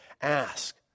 Ask